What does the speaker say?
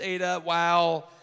Wow